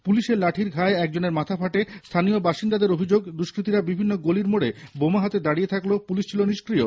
পুলিশের লাঠির ঘায়ে একজনের মাথা ফাটে স্থানীয় বাসিন্দাদের অভিযোগ দুষ্কতিরা বিভিন্ন গলির মোড়ে বোমা হাতে দাঁড়িয়ে থাকলেও পুলিশ ছিল নিষ্ক্রিয়